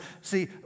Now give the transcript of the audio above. see